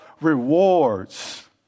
rewards